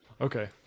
Okay